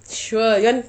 sure you want